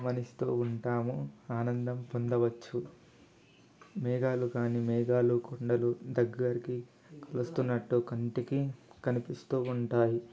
గమనిస్తూ ఉంటాము ఆనందం పొందవచ్చు మేఘాలు కానీ మేఘాలు కొండలు దగ్గరకి కలుస్తున్నట్టు కంటికి కనిపిస్తూ ఉంటాయి